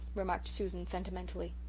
remarked susan sentimentally.